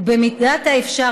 ובמידת האפשר,